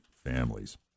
families